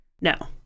No